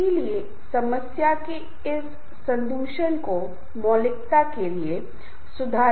संदर्भ समूहों का मुख्य उद्देश्य सामाजिक मान्यता और सामाजिक तुलना की तलाश करना है